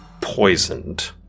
poisoned